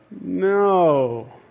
No